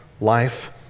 life